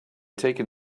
taken